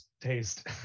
taste